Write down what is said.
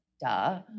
duh